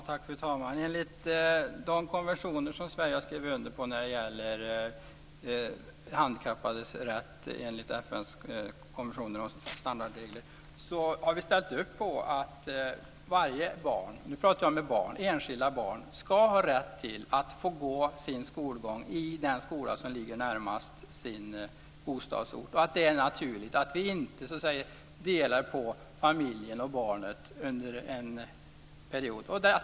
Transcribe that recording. Fru talman! Enligt de konventioner som Sverige har skrivit under när det gäller handikappades rätt, FN:s konventioner och standardregler, har vi ställt upp på att varje barn - nu pratar jag om barn, varje enskilt barn - ska ha rätt att ha sin skolgång i den skola som ligger närmast bostadsorten. Det är naturligt. Vi delar inte på familjen och barnet under en period.